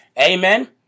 Amen